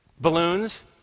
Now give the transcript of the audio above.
balloons